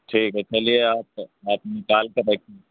ٹھیک ہے چلیے آپ آپ نکال کے رکھ